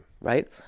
right